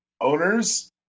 owners